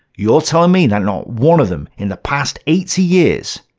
you're telling me that not one of them, in the past eighty years,